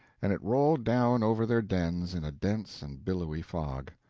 and it rolled down over their dens in a dense and billowy fog.